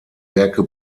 werke